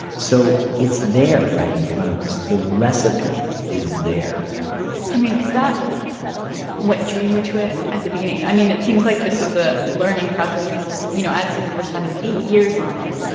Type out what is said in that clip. so it's there right in front of us. the recipe is there i mean, is that what drew you to it at the beginning? i mean, it seems like this was a learning process, you know, as were spending eight years on it.